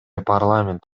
парламент